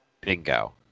Bingo